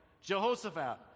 Jehoshaphat